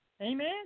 Amen